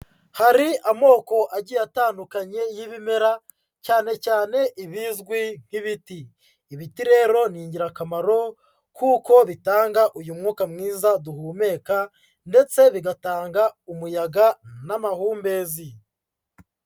Hari amoko agiye atandukanye y'ibimera cyane cyane ibizwi nk'ibiti. Ibiti rero ni ingirakamaro kuko bitanga uyu mwuka mwiza duhumeka, ndetse bigatanga umuyaga n'amahumbezi.